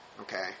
okay